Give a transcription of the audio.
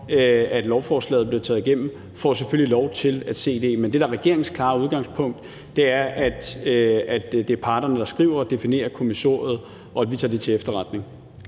at lovforslaget blev stemt igennem, får selvfølgelig lov til at se det. Men det, der er regeringens klare udgangspunkt, er, at det er parterne, der skriver og definerer kommissoriet, og at vi tager det til efterretning.